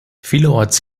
vielerorts